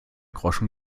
groschen